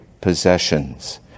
possessions